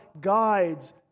guides